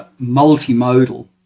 multimodal